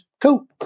cool